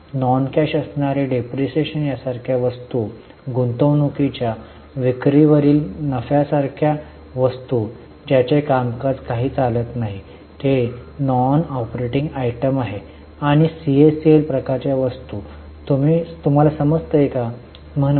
non cash असणारी depreciation यासारख्या वस्तू गुंतवणूकीच्या विक्री वरील नफ्यासारख्या वस्तू ज्याचे कामकाज काही चालत नाही ते नॉन ऑपरेटिंग आयटम आहे आणि सीएसीएल प्रकारच्या वस्तू तुम्ही मला मिळवत आहात